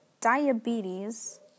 Diabetes